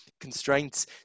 constraints